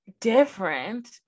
different